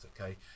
okay